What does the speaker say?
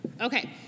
Okay